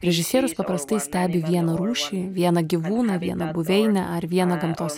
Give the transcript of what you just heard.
režisierius paprastai stebi vieną rūšį vieną gyvūną vieną buveinę ar vieną gamtos